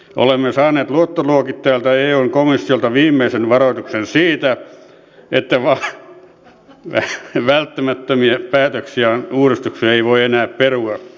olemme saaneet luottoluokittajilta ja eun komissiolta viimeisen varoituksen siitä että välttämättömiä päätöksiä ja uudistuksia ei voi enää perua tai lykätä